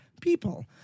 people